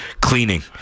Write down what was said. cleaning